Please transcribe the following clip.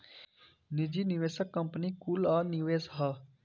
निजी निवेशक कंपनी कुल कअ निवेश हअ